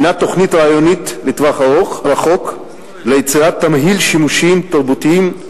היא תוכנית רעיונית לטווח רחוק ליצירת תמהיל שימושים תרבותיים,